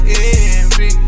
envy